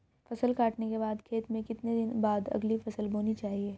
फसल काटने के बाद खेत में कितने दिन बाद अगली फसल बोनी चाहिये?